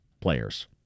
players